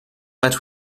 that